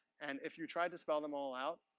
and if you tried to spell them all out,